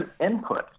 input